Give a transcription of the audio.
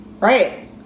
Right